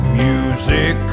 music